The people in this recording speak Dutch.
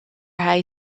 hij